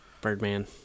Birdman